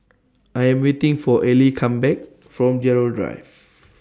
I Am waiting For Allie Come Back from Gerald Drive